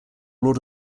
lord